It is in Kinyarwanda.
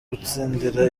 gutsindira